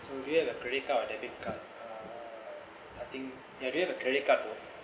so do you have a credit card or a debit card uh I think ya do you have a credit card